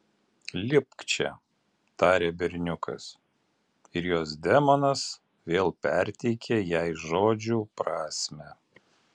lipk čia tarė berniukas ir jos demonas vėl perteikė jai žodžių prasmę